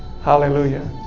hallelujah